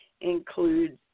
includes